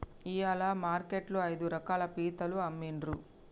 ఇయాల మార్కెట్ లో ఐదు రకాల పీతలు అమ్మిన్రు